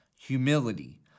humility